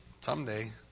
Someday